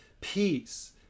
Peace